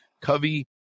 covey